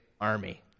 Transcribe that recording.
army